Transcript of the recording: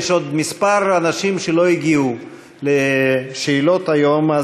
יש עוד כמה אנשים שלא הגיעו לשאלות היום.